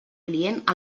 client